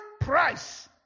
price